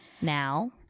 now